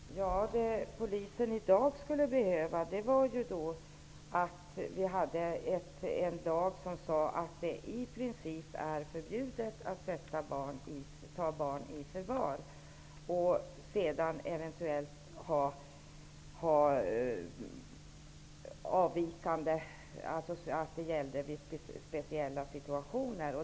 Herr talman! Det polisen i dag skulle behöva är en lag som säger att det i princip är förbjudet att ta barn i förvar och eventuellt att det gäller i speciella situationer.